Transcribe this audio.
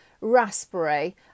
raspberry